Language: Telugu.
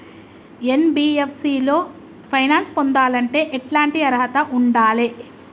ఎన్.బి.ఎఫ్.సి లో ఫైనాన్స్ పొందాలంటే ఎట్లాంటి అర్హత ఉండాలే?